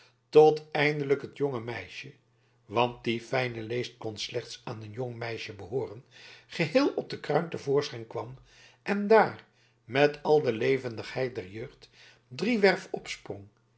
tot eindelijk het jonge meisje want die fijne leest kon slechts aan een jong meisje behooren geheel op de kruin te voorschijn kwam en daar met al de levendigheid der jeugd driewerf opsprong